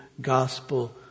gospel